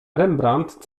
rembrandt